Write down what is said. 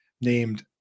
named